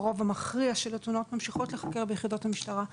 הרוב המכריע של התאונות ממשיכות להיחקר ביחידות המשטרה האזוריות.